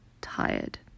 tired